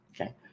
Okay